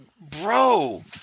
bro